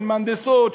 של מהנדסות,